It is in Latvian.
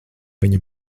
viņa